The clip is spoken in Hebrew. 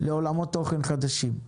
לעולמות תוכן חדשים.